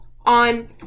on